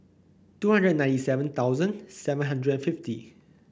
two hundred and ninety seven thousand seven hundred and fifty